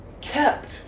kept